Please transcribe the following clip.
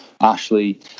Ashley